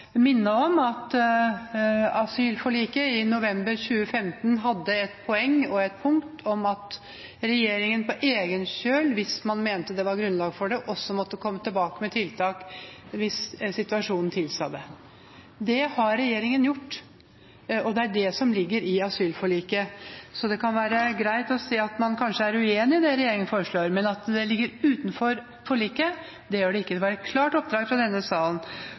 minne om at asylforliket fra november 2015 hadde et poeng om og et punkt om at regjeringen på egen kjøl – hvis man mente det var grunnlag for det – måtte komme tilbake med tiltak hvis situasjonen tilsa det. Det har regjeringen gjort, og det er det som ligger i asylforliket. Så man kan godt si at man er uenig i det regjeringen foreslår, men at det ligger utenfor forliket – nei, det gjør det ikke. Det var et klart oppdrag fra denne salen.